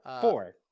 Four